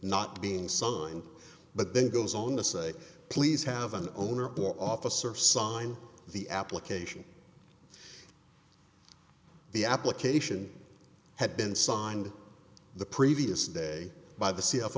not being signed but then goes on to say please have an owner or officer sign the application the application had been signed the previous day by the